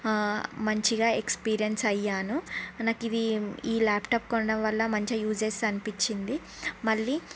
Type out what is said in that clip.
మంచిగా ఎక్స్పీరియెన్స్ అయ్యాను మనకు ఇది ఈ ల్యాప్టాప్ కొనడం వల్ల మంచి యూసెస్ అనిపించింది మళ్ళీ